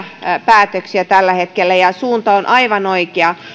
päätöksiä ja suunta on aivan oikea